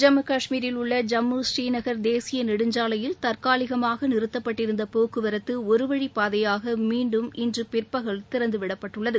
ஜம்மு கஷ்மீரில் உள்ள ஜம்மு ஸ்ரீநகர் தேசிய நெடுஞ்சாவையில் தற்காலிகமாக நிறுத்தப்பட்டிருந்த போக்குவரத்து ஒருவழிப்பாதையாக மீண்டும் இன்று பிற்பகல் திறந்துவிடப்பட்டுள்ளது